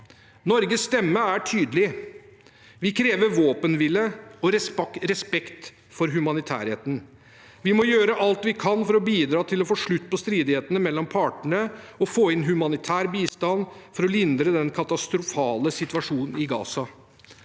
Norges stemme er tydelig. Vi krever våpenhvile og respekt for humanitærretten. Vi må gjøre alt vi kan for å bidra til å få slutt på stridighetene mellom partene og få inn humanitær bistand for å lindre den katastrofale situasjonen i Gaza.